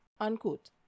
unquote